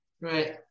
Right